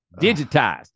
Digitized